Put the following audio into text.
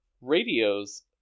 radios